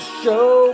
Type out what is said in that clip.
show